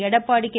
Edappadi K